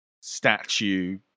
statue